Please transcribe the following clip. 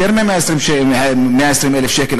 יותר מ-120,000 שקל,